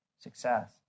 success